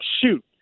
shoot